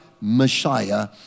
Messiah